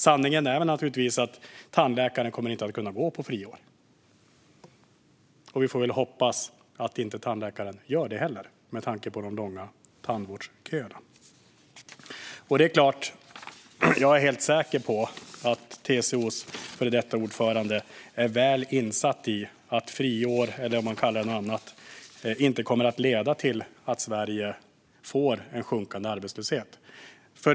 Sanningen är naturligtvis att tandläkaren inte kommer att kunna gå på friår, och vi får väl hoppas att tandläkaren inte heller gör det med tanke på de långa tandvårdsköerna. Jag är helt säker på att TCO:s före detta ordförande är väl insatt i att friår, eller vad man kallar det, inte kommer att leda till att arbetslösheten sjunker i Sverige.